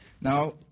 Now